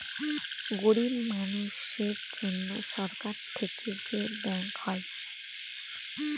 গরিব মানুষের জন্য সরকার থেকে যে ব্যাঙ্ক হয়